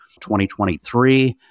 2023